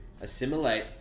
Assimilate